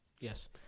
Yes